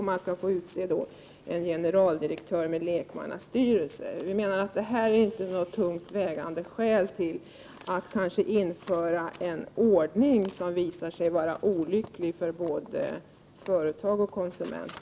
Det skall utses en generaldirektör och en lekmannastyrelse. Jag menar att det här inte är tungt vägande skäl till att införa en ordning som kanske visar sig vara olycklig för både företag och konsument.